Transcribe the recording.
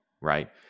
right